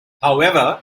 however